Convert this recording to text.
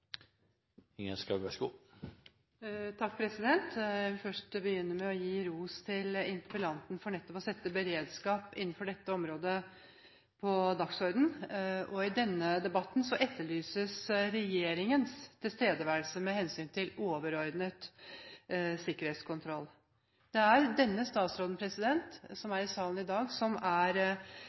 Jeg vil først begynne med å gi ros til interpellanten for å sette beredskap innenfor dette området på dagsordenen. I denne debatten etterlyses regjeringens tilstedeværelse med hensyn til overordnet sikkerhetskontroll. Det er denne statsråden, som er i salen i dag, som er